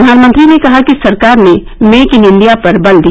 प्रधानमंत्री ने कहा कि सरकार ने मेक इन इंडिया पर बल दिया